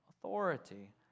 authority